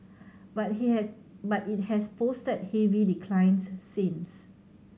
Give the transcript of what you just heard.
but he has but it has posted heavy declines since